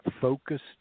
focused